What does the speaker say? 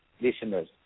listeners